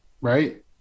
right